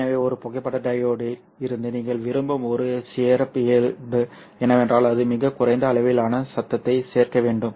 எனவே ஒரு புகைப்பட டையோடில் இருந்து நீங்கள் விரும்பும் ஒரு சிறப்பியல்பு என்னவென்றால் அது மிகக் குறைந்த அளவிலான சத்தத்தை சேர்க்க வேண்டும்